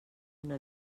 una